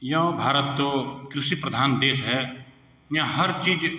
यों भारत तो कृषि प्रधान देश है यहाँ हर चीज़